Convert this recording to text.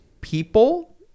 people